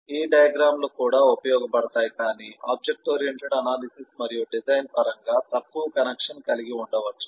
ఈ డయాగ్రమ్ లు కూడా ఉపయోగపడతాయి కాని ఆబ్జెక్ట్ ఓరియెంటెడ్ అనాలిసిస్ మరియు డిజైన్ పరంగా తక్కువ కనెక్షన్ కలిగి ఉండవచ్చు